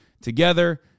together